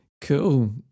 cool